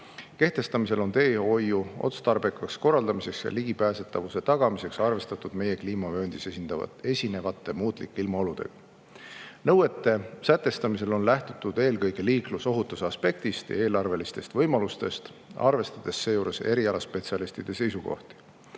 kehtestamisel on teehoiu otstarbekaks korraldamiseks ja ligipääsetavuse tagamiseks arvestatud meie kliimavööndis esinevate muutlike ilmaoludega. Nõuete sätestamisel on lähtutud eelkõige liiklusohutuse aspektist ja eelarvelistest võimalustest, arvestades seejuures erialaspetsialistide seisukohti.